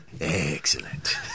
Excellent